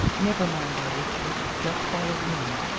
never mind, i whispered let's follow him.